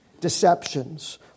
deceptions